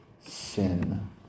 sin